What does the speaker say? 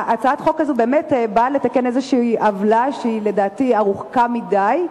הצעת החוק הזאת באה באמת לתקן עוולה שלדעתי היא גדולה מדי,